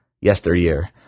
yesteryear